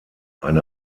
eine